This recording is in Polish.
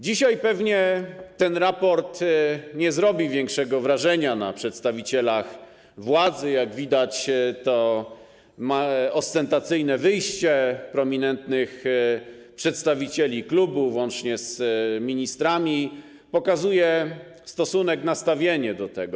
Dzisiaj pewnie ten raport nie zrobi większego wrażenia na przedstawicielach władzy - to ostentacyjne wyjście prominentnych przedstawicieli klubów, łącznie z ministrami, pokazuje stosunek, nastawienie do tego.